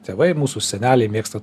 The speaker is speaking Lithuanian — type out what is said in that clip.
tėvai mūsų seneliai mėgsta